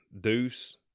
deuce